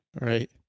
Right